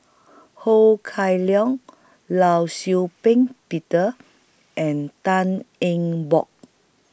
Ho Kah Leong law Shau Ping Peter and Tan Eng Bock